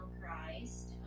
christ